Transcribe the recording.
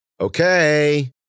Okay